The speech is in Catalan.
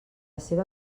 seva